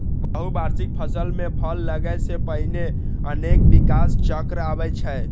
बहुवार्षिक फसल मे फल लागै सं पहिने अनेक विकास चक्र आबै छै